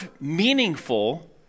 meaningful